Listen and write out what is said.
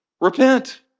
repent